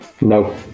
no